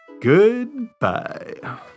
Goodbye